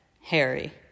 Harry